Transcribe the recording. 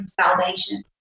salvation